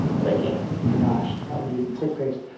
but i can't. my gosh, that would be a quick pace.